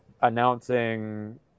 announcing